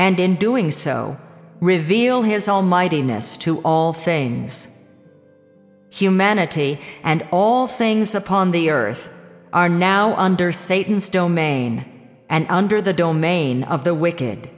and in doing so reveal his almightiness to all things humanity and all things upon the earth are now under satan's domain and under the domain of the wicked